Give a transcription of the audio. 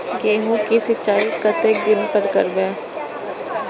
गेहूं का सीचाई कतेक दिन पर करबे?